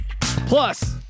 plus